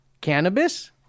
cannabis